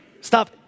Stop